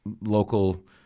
Local